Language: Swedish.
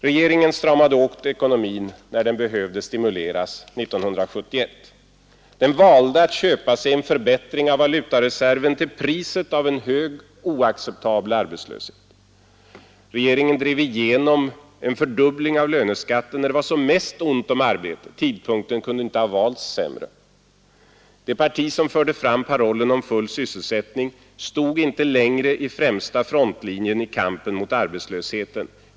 Regeringen stramade åt ekonomin när den behövde stimuleras 1971. Reg ringen valde att köpa sig en förbättring av valutareserven till priset av en hög och oacceptabel arbetslöshet. Regeringen drev igenom en fördubbling av löneskatten när det var som mest ont om arbete. Tidpunkten kunde inte ha valts sämre. Det parti som förde fram parollen om full sysselsättning stod inte längre i främsta frontlinjen i kampen mot arbetslösheten.